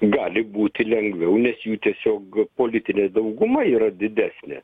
gali būti lengviau nes jų tiesiog politinė dauguma yra didesnė